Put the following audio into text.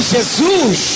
Jesus